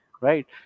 right